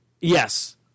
yes